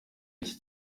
iki